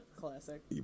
Classic